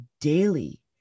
daily